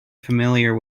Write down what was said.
familiar